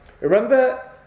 remember